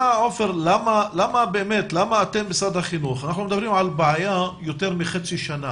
אנחנו מדברים על בעיה יותר מחצי שנה.